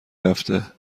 هفته